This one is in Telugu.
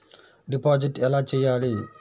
డిపాజిట్ ఎలా చెయ్యాలి?